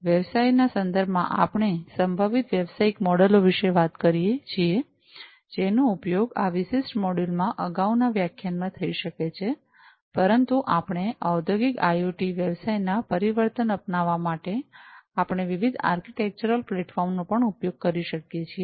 વ્યવસાયના સંદર્ભમાં આપણે સંભવિત વ્યવસાયિક મોડેલો વિશે વાત કરીએ છીએ જેનો ઉપયોગ આ વિશિષ્ટ મોડ્યુલ માં અગાઉના વ્યાખ્યાનમાં થઈ શકે છે પરંતુ આપણે ઔદ્યોગિક આઇઓટી વ્યવસાયના પરિવર્તન અપનાવવા માટે આપણે વિવિધ આર્કિટેક્ચરલ પ્લેટફોર્મનો પણ ઉપયોગ કરી શકીએ છીએ